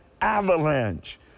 avalanche